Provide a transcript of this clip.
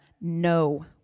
no